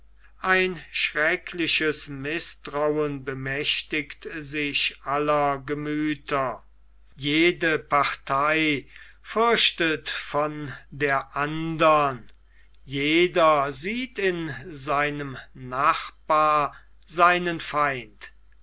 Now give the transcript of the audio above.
ein schreckliches mißtrauen bemächtigt sich aller gemüther jede partei fürchtet von der andern jeder sieht in seinem nachbar seinen feind